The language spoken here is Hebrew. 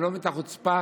אני לא מבין את החוצפה